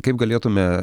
kaip galėtume